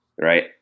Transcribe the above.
right